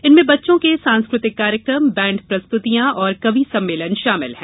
इनमें बच्चों के सांस्कृतिक कार्यक्रम बैंड प्रस्तुतियाँ और कवि सम्मेलन शामिल हैं